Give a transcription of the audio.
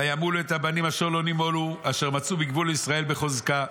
וימולו את הבנים אשר לא נימולו אשר מצאו בגבול ישראל בחזקה.